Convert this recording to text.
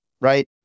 right